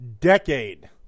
decade